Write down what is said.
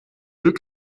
veux